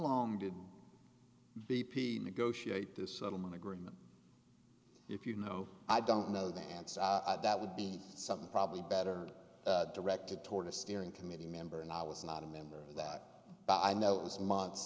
long did b p negotiate this settlement agreement if you know i don't know the answer that would be something probably better directed toward a steering committee member and i was not a member of that but i know it was months